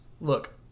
Look